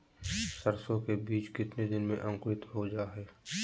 सरसो के बीज कितने दिन में अंकुरीत हो जा हाय?